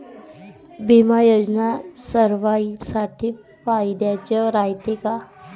बिमा योजना सर्वाईसाठी फायद्याचं रायते का?